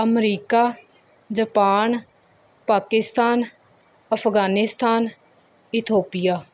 America Japan Pakistan Afghanistan Ethiopia